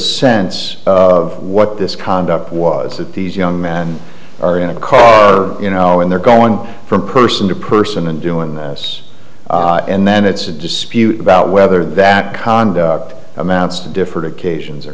sense of what this conduct was that these young men are in a car you know and they're going from person to person and doing this and then it's a dispute about whether that conduct amounts to different occasions or